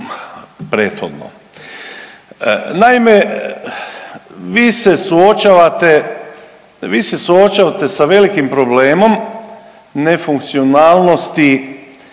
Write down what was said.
Naime, bi se suočavate sa velikim problemom nefunkcionalnosti,